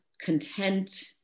content